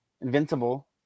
invincible